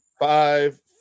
five